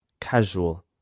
Casual